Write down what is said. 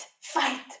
Fight